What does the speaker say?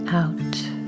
out